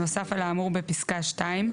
11:59) (5) נוסף על האמור בפסקה (2),